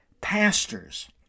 pastors